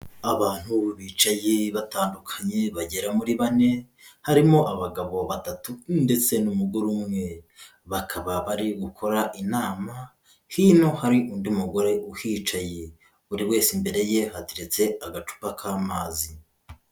Abantu bicaye batandukanye bagera muri bane, harimo abagabo batatu ndetse n'umugore umwe. Bakaba bari gukora inama hino hari undi mugore uhicaye. Buri wese imbere ye hateretse agacupa k'amazi.